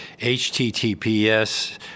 https